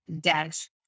dash